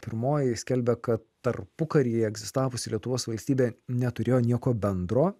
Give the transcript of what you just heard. pirmoji skelbia kad tarpukary egzistavusi lietuvos valstybė neturėjo nieko bendro